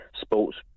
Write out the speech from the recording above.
sports